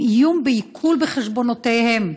עם איום בעיקול חשבונותיהם.